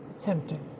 Tempting